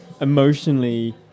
emotionally